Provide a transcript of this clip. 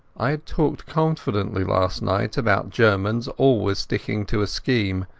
i had talked confidently last night about germans always sticking to a scheme,